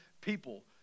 people